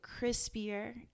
crispier